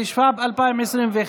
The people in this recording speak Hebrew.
התשפ"ב 2021,